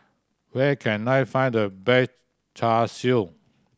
where can I find the best Char Siu